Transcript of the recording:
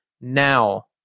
now